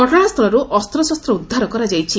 ଘଟଣାସ୍ଥଳରୁ ଅସ୍ତ୍ରଶସ୍ତ ଉଦ୍ଧାର କରାଯାଇଛି